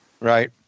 Right